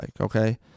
Okay